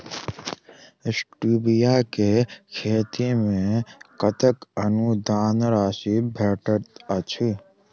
Stevia केँ खेती मे कतेक अनुदान राशि भेटैत अछि?